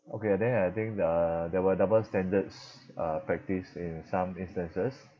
okay and then I think the there were double standards uh practiced in some instances